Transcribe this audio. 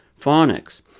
phonics